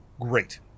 Great